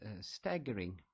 staggering